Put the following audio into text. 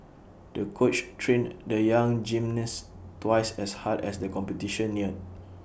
the coach trained the young gymnast twice as hard as the competition neared